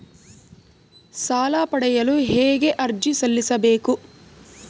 ಸಾಲ ಪಡೆಯಲು ಹೇಗೆ ಅರ್ಜಿ ಸಲ್ಲಿಸಬೇಕು?